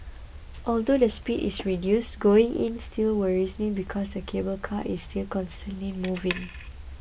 although the speed is reduced going in still worries me because the cable car is still constantly moving